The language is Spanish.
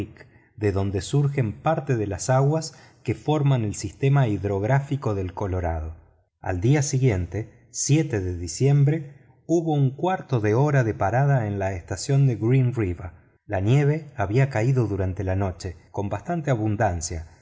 de donde surgen parte de las aguas que forman el sistema hidrográfico del colorado al día diguiente de diciembre hubo un cuarto de hora de parada en la estación de green river la nieve había caído durante la noche con bastante abundancia